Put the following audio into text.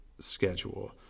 schedule